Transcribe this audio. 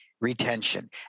retention